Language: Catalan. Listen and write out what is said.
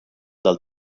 del